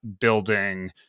building